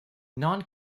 non